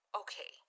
okay